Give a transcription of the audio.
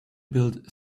build